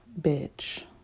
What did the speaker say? bitch